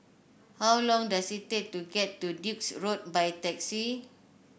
how long does it take to get to Duke's Road by taxi